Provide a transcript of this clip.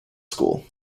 school